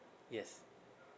yes